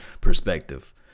perspective